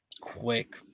quick